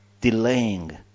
delaying